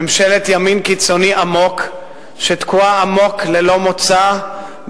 ממשלת ימין קיצוני עמוק, שתקועה עמוק ללא מוצא,